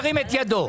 ירים את ידו.